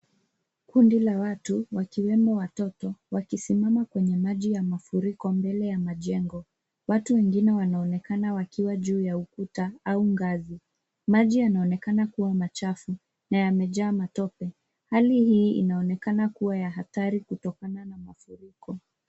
Kundi la watu wakiwemo watoto wakisimama kwenye maji ya mafuriko mbele ya majengo. Watu wengine wanaonekana wakiwa juu ya ukuta au ngazi. Maji yanaonekana kuwa machafu na yamejaa matope. Hali hii inaonekana kuwa ya hatari kutokana na mafuriko.